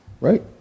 Right